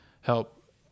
help